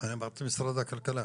אמרתי משרד הכלכלה.